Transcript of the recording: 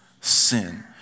sin